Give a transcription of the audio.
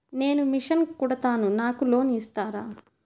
నేను మిషన్ కుడతాను నాకు లోన్ ఇస్తారా?